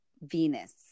Venus